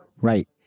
Right